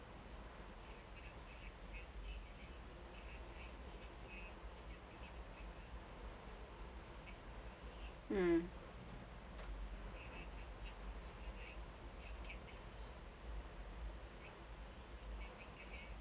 mm